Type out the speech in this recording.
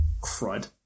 Crud